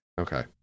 Okay